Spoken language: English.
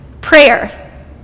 prayer